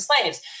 slaves